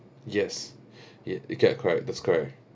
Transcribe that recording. yes you you got it correct that's correct